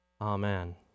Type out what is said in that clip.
Amen